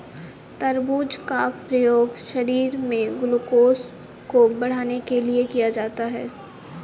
तरबूज का प्रयोग शरीर में ग्लूकोज़ को बढ़ाने के लिए किया जाता है